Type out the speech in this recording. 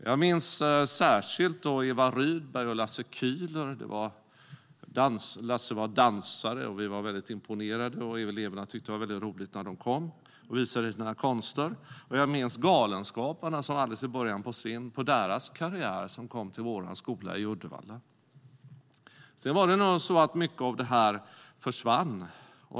Jag minns särskilt Eva Rydberg och Lasse Kühler. Lasse var dansare, och vi var väldigt imponerade. Eleverna tyckte att det var roligt när de kom och visade sina konster. Jag minns Galenskaparna, som alldeles i början av sin karriär kom till vår skola i Uddevalla. Sedan var det nog så att mycket av detta försvann.